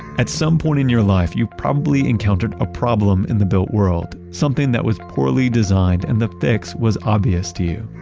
at some point in your life, you've probably encountered a problem in the built world. something that was poorly designed and the fix was obvious to you.